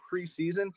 preseason